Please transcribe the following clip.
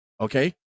okay